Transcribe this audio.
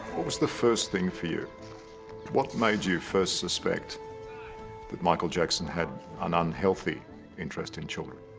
was the first thing for you what made you first suspect that michael jackson had an unhealthy interest in children.